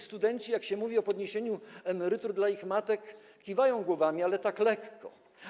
Studenci, jak się mówi o podniesieniu emerytur dla ich matek, kiwają głowami, ale tak lekko.